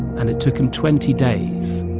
and it took him twenty days,